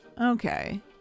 okay